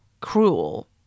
cruel